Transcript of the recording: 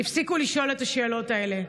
הפסיקו לשאול את השאלות האלה,